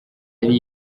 yari